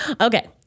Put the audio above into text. Okay